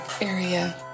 area